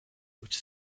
which